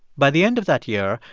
by the end of that year,